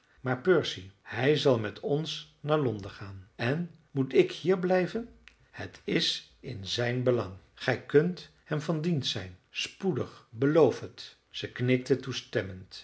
maar percy hij zal met ons naar londen gaan en moet ik hier blijven het is in zijn belang gij kunt hem van dienst zijn spoedig beloof het zij knikte toestemmend